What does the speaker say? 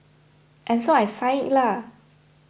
and so I signed it lah